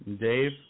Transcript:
Dave